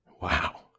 wow